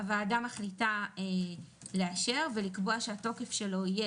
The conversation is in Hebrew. הוועדה מחליטה לאשר ולקבוע שהתוקף שלו יהיה